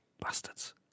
Bastards